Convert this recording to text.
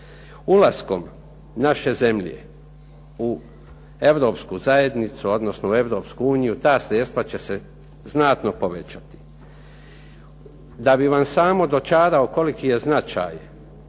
Ulaskom naše zemlje u europsku zajednicu, odnosno Europsku uniju, ta sredstva će se znatno povećati. Da bi vam samo dočarao koliki je značaj